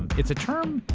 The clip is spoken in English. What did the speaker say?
it's a term,